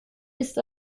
ist